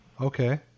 Okay